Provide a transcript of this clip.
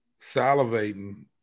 salivating